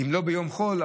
אם לא ביום חול,